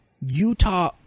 Utah